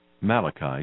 Malachi